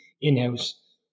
in-house